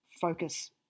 focus